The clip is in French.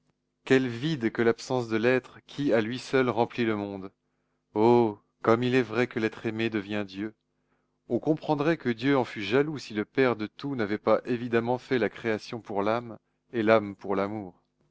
quel vide que l'absence de l'être qui à lui seul remplit le monde oh comme il est vrai que l'être aimé devient dieu on comprendrait que dieu en fût jaloux si le père de tout n'avait pas évidemment fait la création pour l'âme et l'âme pour l'amour